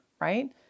right